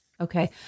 Okay